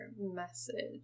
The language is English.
message